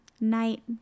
night